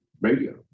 radio